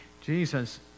Jesus